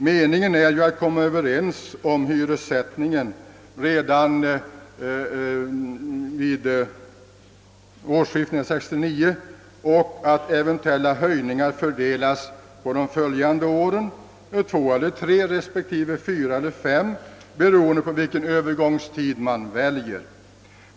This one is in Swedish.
Meningen är ju att komma överens om hyressättningen redan den 1 januari 1969 och att eventuella höjningar skall fördelas på de följande åren — två eller tre respektive fyra eller fem, beroende på vilken övergångstid man väljer.